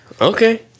Okay